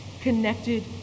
connected